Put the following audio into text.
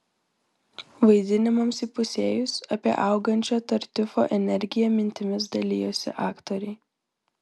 vaidinimams įpusėjus apie augančią tartiufo energiją mintimis dalijosi aktoriai